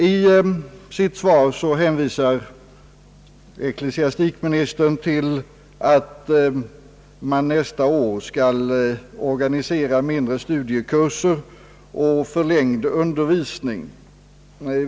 I sitt svar hänvisar ecklesiastikministern till att man nästa år skall organisera mindre studiekurser och förlängd undervisning.